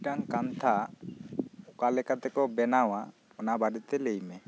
ᱢᱤᱫ ᱴᱮᱱ ᱠᱟᱱᱛᱷᱟ ᱚᱠᱟ ᱞᱮᱠᱟᱛᱮᱠᱚ ᱵᱮᱱᱟᱣᱟ ᱚᱱᱟ ᱵᱟᱨᱮ ᱛᱮ ᱞᱟᱹᱭ ᱢᱮ